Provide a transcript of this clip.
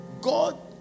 God